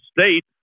State